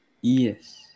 Yes